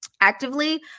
actively